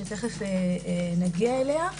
שתכף נגיע אליה,